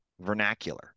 vernacular